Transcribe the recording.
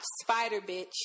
Spider-Bitch